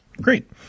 Great